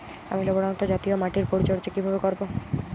আমি লবণাক্ত জাতীয় মাটির পরিচর্যা কিভাবে করব?